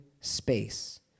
space